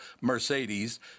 Mercedes